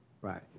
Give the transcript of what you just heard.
Right